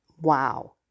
Wow